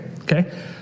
okay